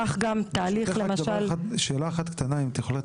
כך גם תהליך- -- שאלה קטנה אם את יכולה